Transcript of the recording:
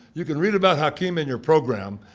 you can read about hakim in your program,